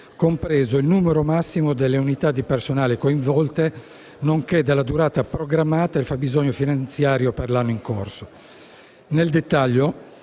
compreso il numero massimo delle unità di personale coinvolte, nonché della durata programmata e il fabbisogno finanziario per l'anno in corso.